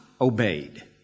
obeyed